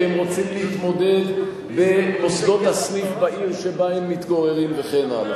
כי הם רוצים להתמודד במוסדות הסניף בעיר שבה הם מתגוררים וכן הלאה.